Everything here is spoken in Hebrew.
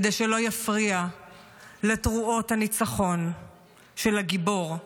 כדי שלא יפריע לתרועות הניצחון של הגיבור,